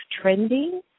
trending